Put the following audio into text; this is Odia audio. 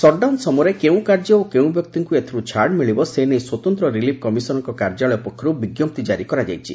ସଟ୍ଡାଉନ୍ ସମୟରେ କେଉଁ କାର୍ଯ୍ୟ ଓ କେଉଁ ବ୍ୟକ୍ତିଙ୍କୁ ଏଥିରୁ ଛାଡ ମିଳିବ ସେ ନେଇ ସ୍ୱତନ୍ତ ରିଲିଫ କମିସନରଙ୍କ କାର୍ଯ୍ୟାଳୟ ପକ୍ଷରୁ ବି ଜାରି କରାଯାଇଛି